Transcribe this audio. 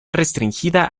restringida